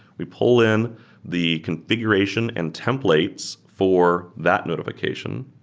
we pull in the configuration and templates for that notification.